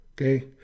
Okay